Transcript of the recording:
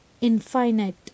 infinite